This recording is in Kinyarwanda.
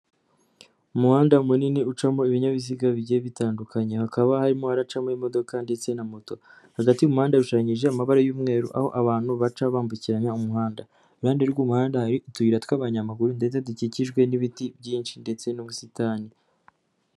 Umuhanda munini ucamo ibinyabiziga bigiye bitandukanye, hakaba harimo haracamo imodoka ndetse na moto, hagati y'umuhanda yashushanyije amabara y'umweru aho abantu baca bambukiranya umuhanda, iruhande rw'umuhanda hari utuyira tw'abanyamaguru ndetse dukikijwe n'ibiti byinshi ndetse n'ubusitani.